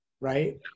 right